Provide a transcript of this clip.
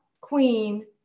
queen